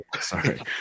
Sorry